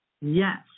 yes